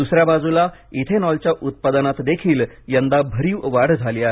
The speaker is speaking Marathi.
दुसऱ्या बाजूला इथेनॉलच्या उत्पादनातही यंदा भरीव वाढ झाली आहे